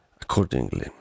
accordingly